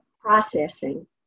processing